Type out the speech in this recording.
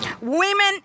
women